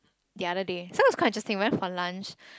the other day so it's quite interesting we went for lunch